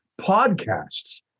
podcasts